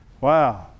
Wow